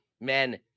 men